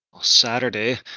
Saturday